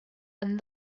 and